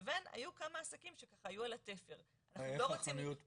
לבין היו כמה עסקים שהיו על התפר --- ואיך חנויות הפרחים?